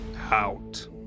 out